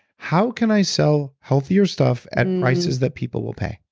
how can i sell healthier stuff at and prices that people will pay?